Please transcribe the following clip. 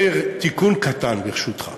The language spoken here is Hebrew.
מאיר, תיקון קטן, ברשותך.